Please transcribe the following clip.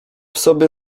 sobie